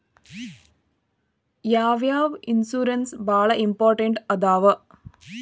ಯಾವ್ಯಾವ ಇನ್ಶೂರೆನ್ಸ್ ಬಾಳ ಇಂಪಾರ್ಟೆಂಟ್ ಅದಾವ?